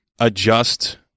adjust